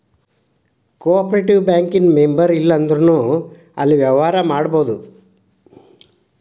co operative bank ಇನ್ ಮೆಂಬರಿರ್ಲಿಲ್ಲಂದ್ರುನೂ ಅಲ್ಲೆ ವ್ಯವ್ಹಾರಾ ಮಾಡ್ಬೊದು